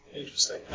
Interesting